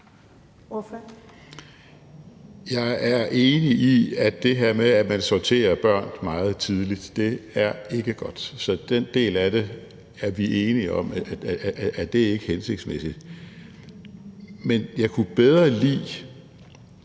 Jeg er enig i, at det her med, at man sorterer børn meget tidligt, ikke er godt. Så den del af det er vi enige om ikke er hensigtsmæssig. Men jeg kunne bedre lide